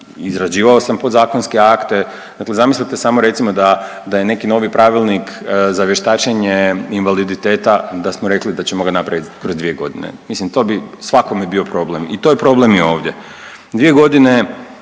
izrađivao sam podzakonske akte. Dakle, zamislite samo recimo da je neki novi pravilnik za vještačenje invaliditeta da smo rekli da ćemo ga napraviti kroz 2 godine. Mislim to bi svakome bio problem i to je problem i ovdje. 2 godine,